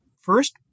first